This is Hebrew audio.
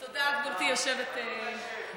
תודה, גברתי היושבת בראש.